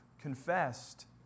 confessed